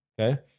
Okay